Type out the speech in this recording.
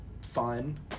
fun